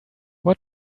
what